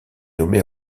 nommée